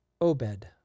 Obed